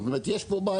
זאת אומרת, יש פה בעיה.